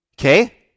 Okay